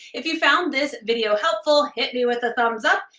if you found this video helpful, hit me with a thumbs up.